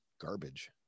garbage